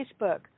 Facebook